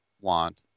want